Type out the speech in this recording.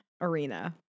arena